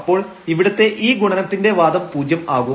അപ്പോൾ ഇവിടുത്തെ ഈ ഗുണനത്തിന്റെ വാദം പൂജ്യം ആകും